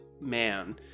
man